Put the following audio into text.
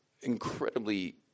incredibly